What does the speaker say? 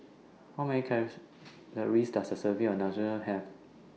How Many Calories Does A Serving of Have